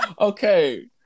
okay